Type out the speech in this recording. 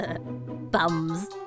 Bums